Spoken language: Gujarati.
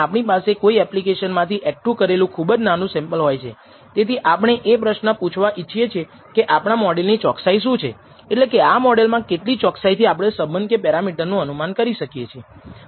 આપણે સંકેત આપ્યા છે કે આ દરેક ચિહ્નોની ટોચ પર આ કેરેટ ટર્મ મૂકીને આ અંદાજ છે અને સાચા મૂલ્યો નથી જેનો અર્થ છે કે આ એક અંદાજ β̂₀ છે તે સાચા β0 નો અંદાજ છે અને β̂1 એ સાચા β1 નો અંદાજ છે જે આપણે ખબર નથી